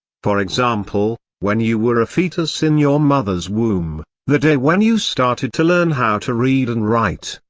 for example, when you were a fetus in your mother's womb, the day when you started to learn how to read and write,